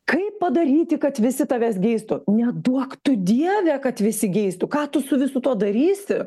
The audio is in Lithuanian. kaip padaryti kad visi tavęs geistų neduok tu dieve kad visi geistų ką tu su visu tuo darysi